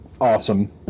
awesome